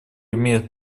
имеет